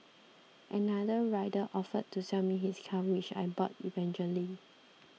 another rider offered to sell me his car which I bought eventually